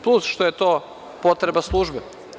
Plus što je to potreba službe.